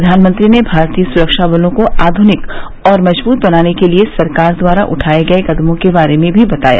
प्रधानमंत्री ने भारतीय सुरक्षा बलों को आध्निक और मजबूत बनाने के लिए सरकार द्वारा उठाए गए कदमों के बारे में भी बताया